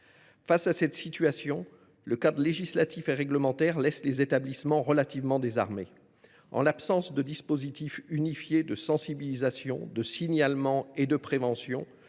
Face à une telle situation, le cadre législatif et réglementaire laisse les établissements relativement désarmés. Faute de dispositifs unifiés de sensibilisation, de signalement et de prévention,